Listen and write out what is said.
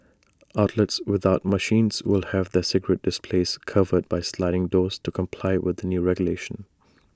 outlets without machines will have their cigarette displays covered by sliding doors to comply with the new regulations